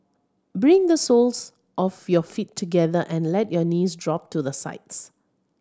bring the soles of your feet together and let your knees drop to the sides